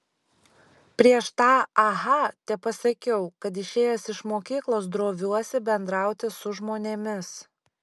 prieš tą aha tepasakiau kad išėjęs iš mokyklos droviuosi bendrauti su žmonėmis